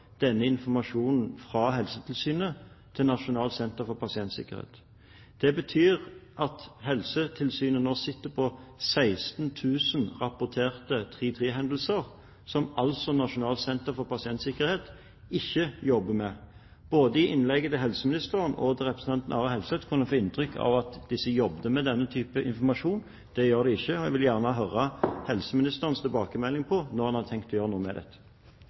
denne informasjonen fra Helsetilsynet til Nasjonal enhet for pasientsikkerhet. Det betyr at Helsetilsynet nå sitter på 16 000 rapporterte § 3-3-hendelser som Nasjonal enhet for pasientsikkerhet altså ikke jobber med. Både av innlegget til helseministeren og av innlegget til representanten Are Helseth kunne en få inntrykk av at de jobber med denne typen informasjon – det gjør de ikke. Jeg vil gjerne høre helseministerens tilbakemelding, når en har tenkt å gjøre noe med dette.